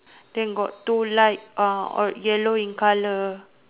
then got two light yellow in colour